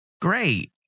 great